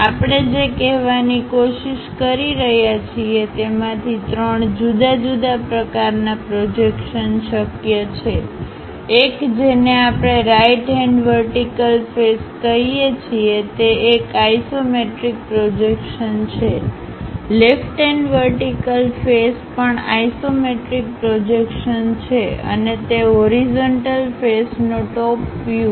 આપણે જે કહેવાની કોશિશ કરી રહ્યા છીએ તેમાંથી ત્રણ જુદા જુદા પ્રકારનાં પ્રોજેક્શન શક્ય છે એક જેને આપણે રાઈટ હેન્ડ વર્ટિકલ ફેસ કહીએ છીએ તે એક આઇસોમેટ્રિક પ્રોજેક્શન છે લેફટ હેન્ડ વર્ટિકલ ફેસ પણ આઇસોમેટ્રિક પ્રોજેક્શન્સ છે અને તે હોરિઝન્ટલ ફેસનો ટોપનો વ્યૂ